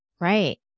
Right